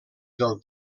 del